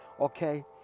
Okay